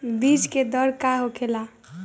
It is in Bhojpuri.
बीज के दर का होखेला?